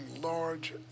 large